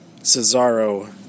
Cesaro